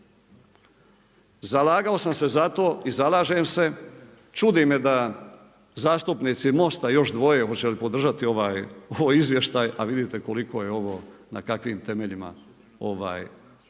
Zalagao sam se zato i zalažem se, čudi me da zastupnici MOST-a i još dvoje, hoće li podržati ovaj izvještaj a vidite koliko je ovo, na kakvim temeljima